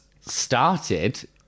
started